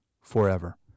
forever